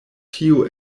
tio